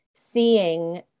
Seeing